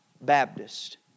Baptist